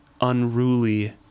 unruly